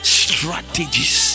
strategies